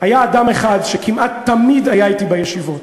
היה אדם אחד שכמעט תמיד היה אתי בישיבות.